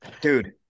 dude